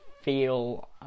feel